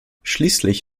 schließlich